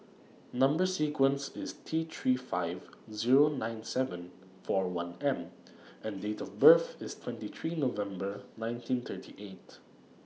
Number sequence IS T three five Zero nine seven four one M and Date of birth IS twenty three November nineteen thirty eight